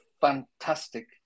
fantastic